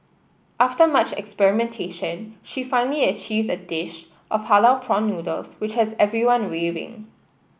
after much experimentation she finally achieved a dish of halal prawn noodles which has everyone raving